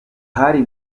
hari